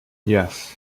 yes